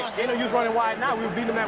you know use running wide now.